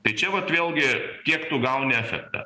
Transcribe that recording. tai čia vat vėlgi tiek tu gauni efektą